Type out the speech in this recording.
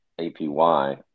APY